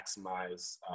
maximize